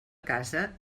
casa